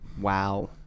Wow